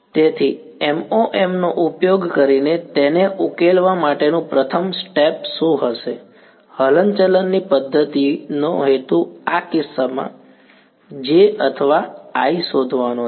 તેથી MoM નો ઉપયોગ કરીને તેને ઉકેલવા માટેનું પ્રથમ સ્ટેપ શું હશે હલનચલનની પદ્ધતિનો હેતુ આ કિસ્સામાં J અથવા I શોધવાનો છે